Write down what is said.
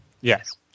Yes